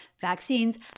vaccines